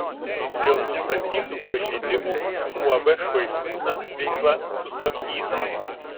dėl nustatytų pažeidimų uab švaistūnas veikla sustabdyta